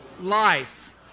life